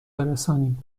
برسانیم